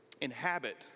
inhabit